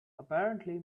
apparently